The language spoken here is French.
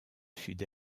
sud